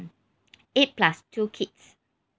eight plus two kids